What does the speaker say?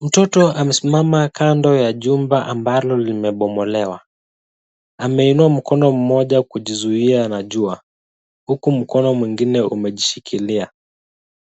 Mtoto amesimama kando ya jumba ambalo limebomolewa. Ameinua mkono mmoja kujizuia na jua, huku mkono mwingine umejishikilia.